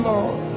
Lord